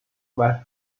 west